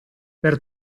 per